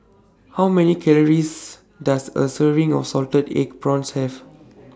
How Many Calories Does A Serving of Salted Egg Prawns Have